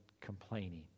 complaining